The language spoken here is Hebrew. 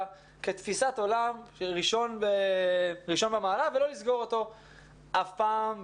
כתפיסת עולם של ראשון במעלה ולא לסגור אותו אף פעם,